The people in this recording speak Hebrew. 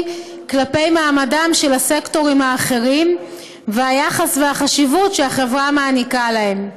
כלפי מעמדם של הסקטורים האחרים והיחס והחשיבות שהחברה מעניקה להם.